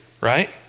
right